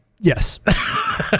Yes